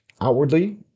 Outwardly